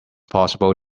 possible